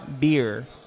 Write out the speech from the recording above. beer